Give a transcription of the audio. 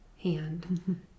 hand